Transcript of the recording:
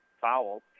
foul